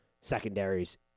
secondaries